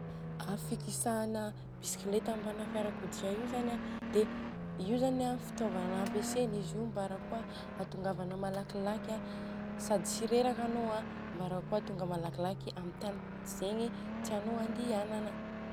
Aa fikisahana bisikileta ambana fiarakodia io zany an fitôvana ampiasaina izy io mbarakôa hatongavana malakilaky an, sady tsy reraka ano anô a. Mbarakôa tonga malakilaky am tany zegny tianô andianana.